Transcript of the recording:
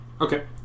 Okay